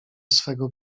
swego